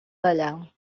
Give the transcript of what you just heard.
tallar